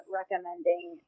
recommending